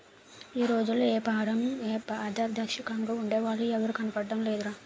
ఈ రోజుల్లో ఏపారంలో పారదర్శకంగా ఉండే వాళ్ళు ఎవరూ కనబడడం లేదురా